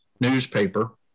newspaper